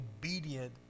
obedient